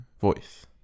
voice